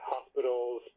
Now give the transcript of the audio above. Hospitals